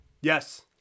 Yes